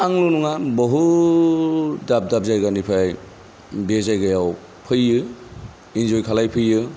आंल' नङा बहुथ दाब दाब जायगानिफ्राय बे जायगायाव फैयो एन्जय खालायफैयो